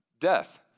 Death